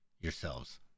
yourselves